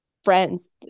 Friends